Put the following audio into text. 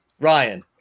Ryan